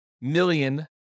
million